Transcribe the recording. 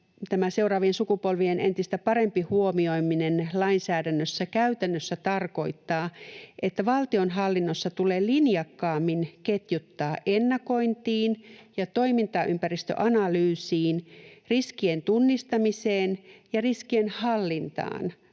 että seuraavien sukupolvien entistä parempi huomioiminen lainsäädännössä käytännössä tarkoittaa, että valtionhallinnossa tulee linjakkaammin ketjuttaa ennakointiin ja toimintaympäristöanalyysiin, riskien tunnistamiseen ja riskienhallintaan,